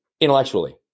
Intellectually